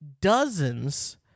dozens